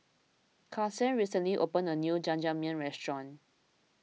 Karson recently opened a new Jajangmyeon restaurant